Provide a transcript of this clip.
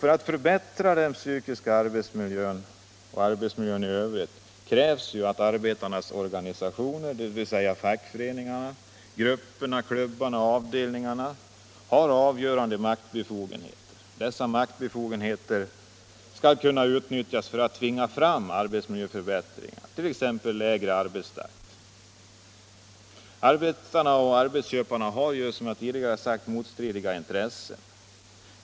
För att förbättra den psykiska arbetsmiljön och arbetsmiljön i övrigt krävs att arbetarnas organisationer, dvs. fackföreningarna, grupperna, klubbarna och avdelningarna har avgörande maktbefogenheter: Dessa maktbefogenheter skall kunna användas för att tvinga fram arbetsmiljöförbättringar t.ex. lägre arbetstakt. Arbetarna och arbetsköparna har, som jag tidigare sagt, motstridiga intressen.